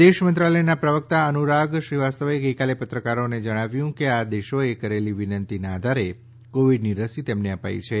વિદેશમંત્રાલયનાં પ્રવક્તા અનુરાગ શ્રીવાસ્તવે ગઈકાલે પત્રકારોને જણાવ્યું હતુ કે આ દેશોએ કરેલી વિનંતીનાં આધારે કોવિડની રસી તેમને અપાઈ છે